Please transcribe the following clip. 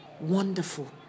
wonderful